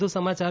વધુ સમાચાર